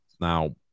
now